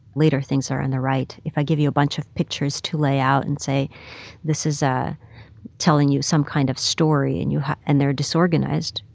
later things are on the right. if i give you a bunch of pictures to lay out and say this is ah telling you some kind of story and you and they're disorganized,